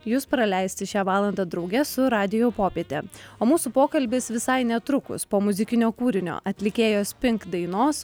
jus praleisti šią valandą drauge su radijo popiete o mūsų pokalbis visai netrukus po muzikinio kūrinio atlikėjos pink dainos